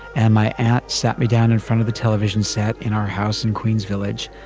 and my at sat me down in front of the television set in our house in queens village,